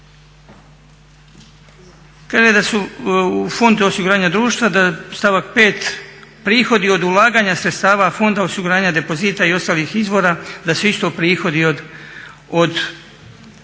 se ne razumije./… osiguranja društva da stavak 5. prihodi od ulaganja sredstava fonda osiguranja depozita i ostalih izvora da su isto prihodi od